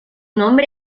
nombre